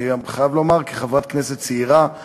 אני גם חייב לומר שכחברת כנסת צעירה זה